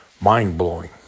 mind-blowing